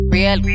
Real